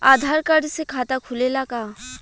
आधार card से खाता खुले ला का?